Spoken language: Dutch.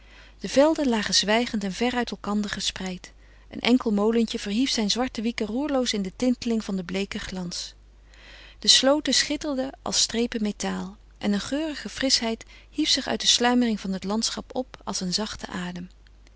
de velden lagen zwijgend en ver uit elkander gespreid een enkel molentje verhief zijn zwarte wieken roerloos in de tinteling van den bleeken glans de slooten schitterden als strepen metaal en een geurige frischheid hief zich uit de sluimering van het landschap op als een zachte adem